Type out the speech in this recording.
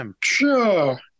Sure